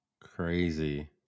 Crazy